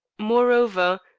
moreover,